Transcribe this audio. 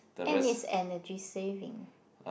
and it's energy saving